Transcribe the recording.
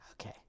Okay